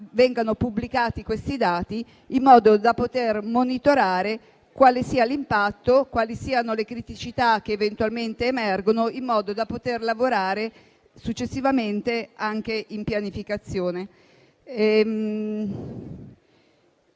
vengano pubblicati questi dati, in modo da poter monitorare quale sia l'impatto, quali siano le criticità che eventualmente emergono, in modo da poter lavorare successivamente anche in pianificazione.